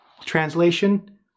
Translation